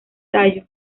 tallo